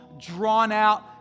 drawn-out